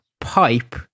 pipe